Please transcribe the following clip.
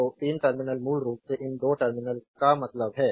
तो 3 टर्मिनल मूल रूप से इन 2 टर्मिनल्स का मतलब है